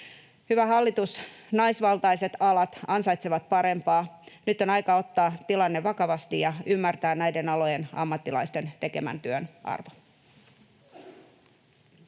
Hyvä hallitus, naisvaltaiset alat ansaitsevat parempaa. Nyt on aika ottaa tilanne vakavasti ja ymmärtää näiden alojen ammattilaisten tekemän työn arvo. [Speech